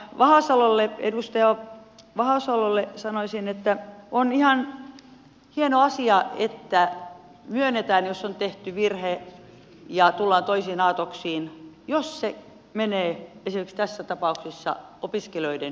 mutta edustaja vahasalolle sanoisin että on ihan hieno asia että myönnetään jos on tehty virhe ja tullaan toisiin aatoksiin jos se menee esimerkiksi tässä tapauksessa opiskelijoiden hyväksi